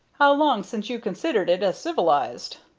how long since you considered it as civilized?